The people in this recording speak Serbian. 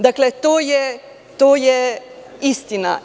Dakle, to je istina.